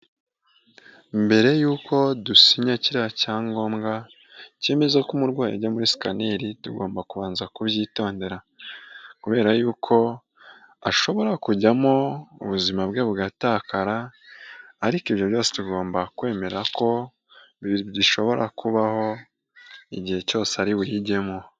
Mbere y'uko dusinya kiriya cyangombwa cyemeza ko umurwayi ajya muri sikaneri, tugomba kubanza kubyitondera, kubera yuko ashobora kujya mo ubuzima bwe bugatakara, ariko ibyo byose tugomba kwemera ko bishobora kubaho igihe cyose ari buyigemo.